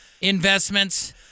investments